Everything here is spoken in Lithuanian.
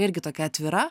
irgi tokia atvira